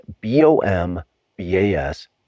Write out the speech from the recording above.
B-O-M-B-A-S